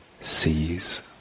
sees